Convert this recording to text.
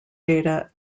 data